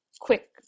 quick